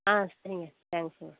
ஆ சரிங்க தேங்க்ஸுங்க